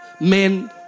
men